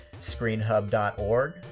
screenhub.org